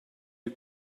you